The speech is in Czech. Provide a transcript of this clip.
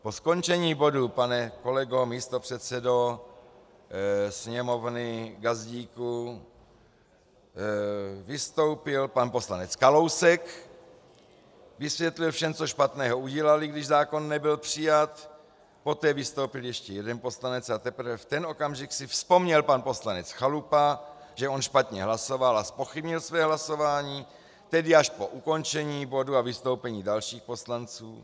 Po skončení bodu, pane kolego místopředsedo Sněmovny Gazdíku, vystoupil pan poslanec Kalousek, vysvětlil všem, co špatného udělali, když zákon nebyl přijat, poté vystoupil ještě jeden poslanec, a teprve v ten okamžik si vzpomněl pan poslanec Chalupa, že on špatně hlasoval, a zpochybnil své hlasování, tedy až po ukončení bodu a vystoupení dalších poslanců.